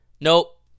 nope